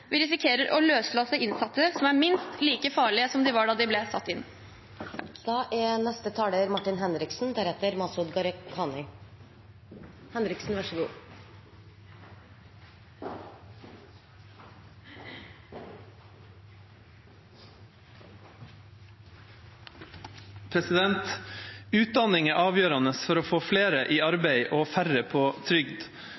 Vi risikerer å løslate innsatte som er minst like farlige som det de var da de ble satt inn. Utdanning er avgjørende for å få flere i